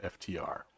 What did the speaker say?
FTR